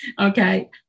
Okay